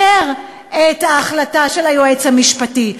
איך נסקר את ההחלטה של היועץ המשפטי?